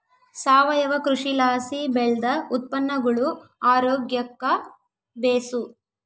ಸಾವಯವ ಕೃಷಿಲಾಸಿ ಬೆಳ್ದ ಉತ್ಪನ್ನಗುಳು ಆರೋಗ್ಯುಕ್ಕ ಬೇಸು